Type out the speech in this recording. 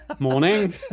Morning